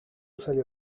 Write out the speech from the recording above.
salió